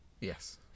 Yes